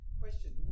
Question